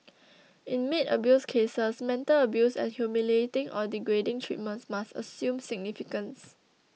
in maid abuse cases mental abuse and humiliating or degrading treatment must assume significance